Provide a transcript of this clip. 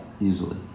easily